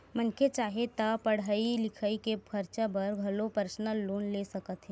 मनखे चाहे ता पड़हई लिखई के खरचा बर घलो परसनल लोन ले सकत हे